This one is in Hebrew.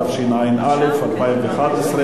התשע"א 2011,